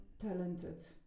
talented